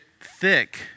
thick